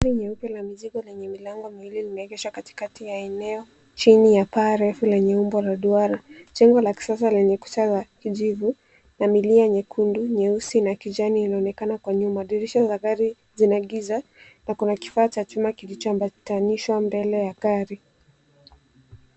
Gari nyeupe la mzigo lenye milango miwili limeegeshwa katikati ya eneo chini ya paa refu lenye umbo la duara. Jengo la kisasa lenye kuta za kijivu na milia nyekundu, nyeusi na kijani inaonekana kwa nyuma. Dirisha za gari zinaagiza na kuna kifaa cha chuma kilichoambatanishwa mbele ya gari.